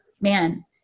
man